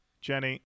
Jenny